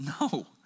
No